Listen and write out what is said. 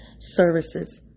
services